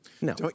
No